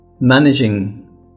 Managing